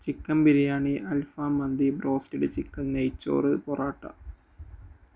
chicken biryani അൽഫാം മന്തി broasted chicken നെയ്ച്ചോറ് പൊറോട്ട